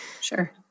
Sure